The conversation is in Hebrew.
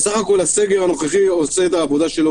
בסך הכול הסגר הנוכחי עושה את העבודה שלו